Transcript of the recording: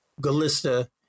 Galista